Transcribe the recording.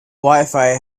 wifi